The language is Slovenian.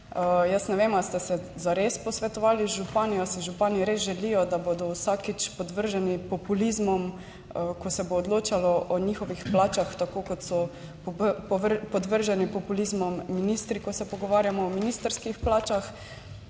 Jaz ne vem ali ste se zares posvetovali z župani? Ali si župani res želijo, da bodo vsakič podvrženi populizmom, ko se bo odločalo o njihovih plačah, tako kot so podvrženi populizmom ministri, ko se pogovarjamo o ministrskih plačah?